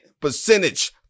percentage